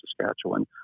Saskatchewan